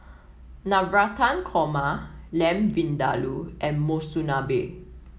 Navratan Korma Lamb Vindaloo and Monsunabe